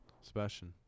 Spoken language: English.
Sebastian